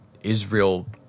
Israel